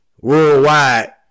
worldwide